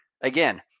again